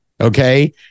Okay